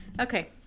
Okay